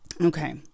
Okay